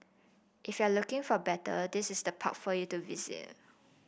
if you're looking for battle this is the park for you to visit